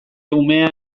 umea